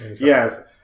Yes